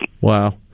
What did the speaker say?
Wow